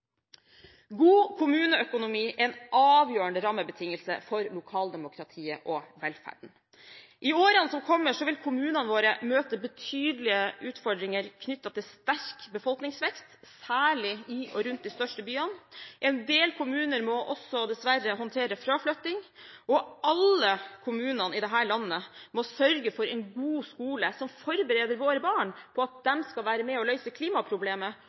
God kommuneøkonomi er en avgjørende rammebetingelse for lokaldemokratiet og velferden. I årene som kommer vil kommunene våre møte betydelige utfordringer knyttet til sterk befolkningsvekst, særlig i og rundt de største byene. En del kommuner må også dessverre håndtere fraflytting, og alle kommunene i dette landet må sørge for en god skole som forbereder våre barn på at de skal være med på å løse klimaproblemet